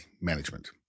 management